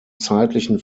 zeitlichen